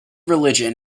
religion